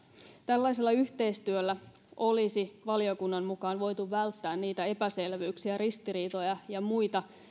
tällaisella yhteistyöllä olisi valiokunnan mukaan voitu välttää niitä epäselvyyksiä ristiriitoja ja muita